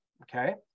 Okay